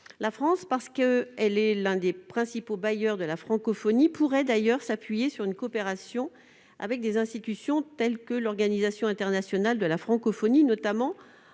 La France, parce qu'elle est l'un des principaux bailleurs de la francophonie, pourrait d'ailleurs s'appuyer sur une coopération avec des institutions telles que l'Organisation internationale de la francophonie (OIF), notamment